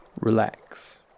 relax